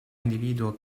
individuo